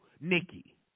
nikki